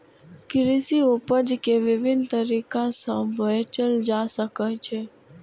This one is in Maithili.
कृषि उपज कें विभिन्न तरीका सं बेचल जा सकै छै